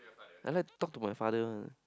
I like to talk to my father one